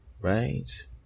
right